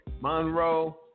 Monroe